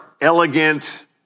elegant